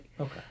Okay